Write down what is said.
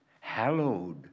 hallowed